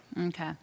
Okay